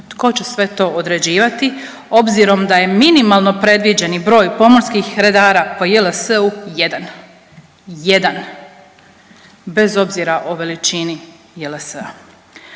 Tko će sve to određivati, obzirom da je minimalno predviđeni broj pomorskih redara po JLS-u, jedan. Jedan. Bez obzira o veličini JLS-a.